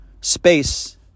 space